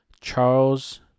Charles